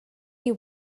you